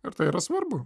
ir tai yra svarbu